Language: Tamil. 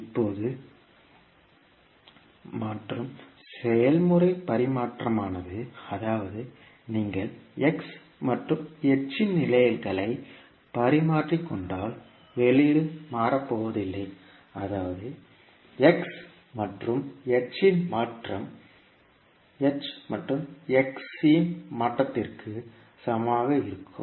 இப்போது மாற்றும் செயல்முறை பரிமாற்றமானது அதாவது நீங்கள் x மற்றும் h இன் நிலைகளை பரிமாறிக்கொண்டால் வெளியீடு மாறப்போவதில்லை அதாவது x மற்றும் h இன் மாற்றம் h மற்றும் x இன் மாற்றத்திற்கு சமமாக இருக்கும்